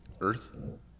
Earth